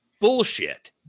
bullshit